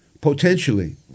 Potentially